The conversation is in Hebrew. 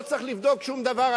לא צריך לבדוק שום דבר,